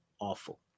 awful